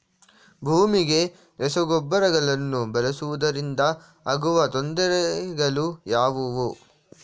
ಭೂಮಿಗೆ ರಸಗೊಬ್ಬರಗಳನ್ನು ಬಳಸುವುದರಿಂದ ಆಗುವ ತೊಂದರೆಗಳು ಯಾವುವು?